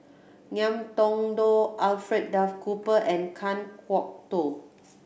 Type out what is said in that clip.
Ngiam Tong Dow Alfred Duff Cooper and Kan Kwok Toh